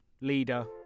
leader